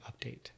update